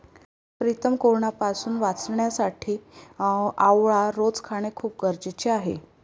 प्रीतम कोरोनापासून वाचण्यासाठी आवळा रोज खाणे खूप गरजेचे आहे